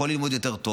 יכול ללמוד יותר טוב,